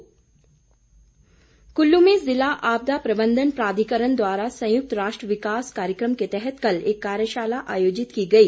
कार्यशाला कुल्लू में ज़िला आपदा प्रबंधन प्राधिकरण द्वारा संयुक्त राष्ट्र विकास कार्यक्रम के तहत कल एक कार्यशाला आयोजित की गई